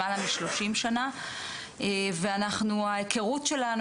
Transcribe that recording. למעלה משלושים שנה ואנחנו ההיכרות שלנו